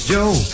Joe